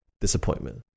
disappointment